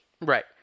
Right